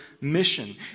mission